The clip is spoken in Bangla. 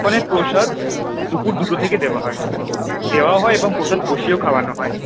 ওখানে প্রসাদ দুপুর দুটো থেকে দেওয়া হয় দেওয়াও হয় এবং প্রসাদ বসিয়েও খাওয়ানো হয়